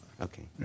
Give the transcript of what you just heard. Okay